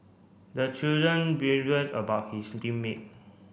the children about his team mate